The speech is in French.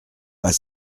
pas